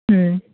ಹ್ಞೂ